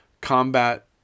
Combat